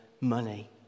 money